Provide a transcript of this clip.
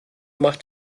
macht